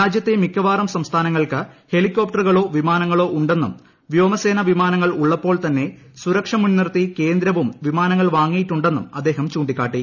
രാജൃത്തെ മിക്കവാറും സംസ്ഥാനങ്ങൾക്ക് ഹെലിക്കോപ്റ്ററുകളോ വിമാനങ്ങളോ ഉണ്ടെന്നും വ്യോമസേനാ വിമാനങ്ങൾ ഉള്ളപ്പോൾ തന്നെ സുരക്ഷ മുൻനിർത്തി കേന്ദ്രവും വിമാനങ്ങൾ വാങ്ങിയിട്ടു ണ്ടെന്നും അദ്ദേഹം ചൂണ്ടിക്കാട്ടി